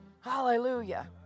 Hallelujah